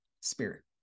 spirit